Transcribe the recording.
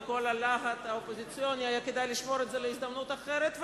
ואת כל הלהט האופוזיציוני היה כדאי לשמור להזדמנות אחרת,